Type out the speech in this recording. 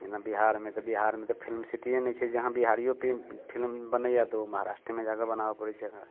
जेना बिहारमे तऽ बिहारमे तऽ फिल्म सिटी नहि छै जे अहाँ बिहारियो पर फिल्म बनैया तऽ ओहो महाराष्ट्रेमे जाके बनाबे पड़ैत छै ओकरा